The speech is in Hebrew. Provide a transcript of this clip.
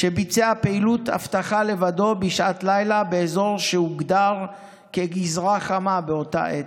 שביצע פעילות אבטחה לבדו בשעת לילה באזור שהוגדר כגזרה חמה באותה עת.